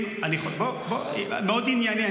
באמת ------ אני מאוד ענייני.